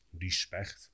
respect